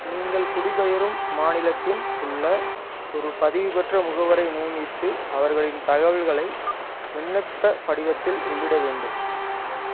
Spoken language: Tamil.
நீங்கள் குடிபெயரும் மாநிலத்தின் உள்ள ஒரு பதிவுபெற்ற முகவரை நியமித்து அவர்களின் தகவல்களை விண்ணப்பப் படிவத்தில் உள்ளிட வேண்டும்